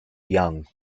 young